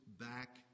back